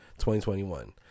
2021